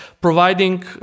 providing